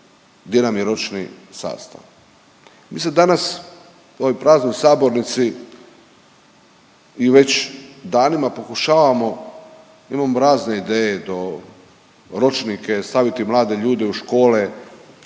gdje nam je ročni sastav. Mi se danas u ovoj praznoj sabornici i već danima pokušavamo, imamo razne ideje do ročnike staviti mlade ljude u škole,